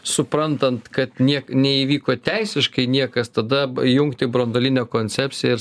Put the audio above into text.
suprantant kad niek neįvyko teisiškai niekas tada įjungti branduolinę koncepciją ir